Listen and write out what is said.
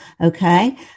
Okay